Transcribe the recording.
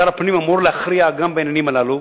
שר הפנים אמור להכריע גם בעניינים הללו.